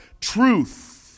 truth